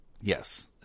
Yes